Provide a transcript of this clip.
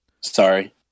Sorry